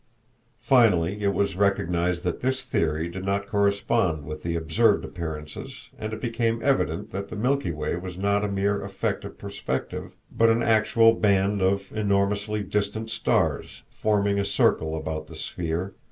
finally it was recognized that this theory did not correspond with the observed appearances, and it became evident that the milky way was not a mere effect of perspective, but an actual band of enormously distant stars, forming a circle about the sphere,